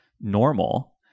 normal